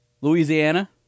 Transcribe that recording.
Louisiana